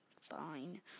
Fine